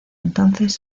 entonces